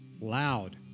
loud